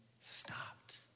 stopped